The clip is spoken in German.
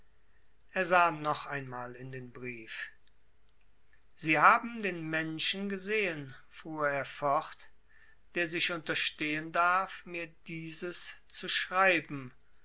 er sah noch einmal in den brief sie haben den menschen gesehen fuhr er fort der sich unterstehen darf mir dieses zu schreiben